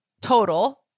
total